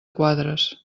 quadres